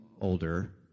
older